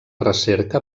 recerca